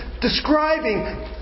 describing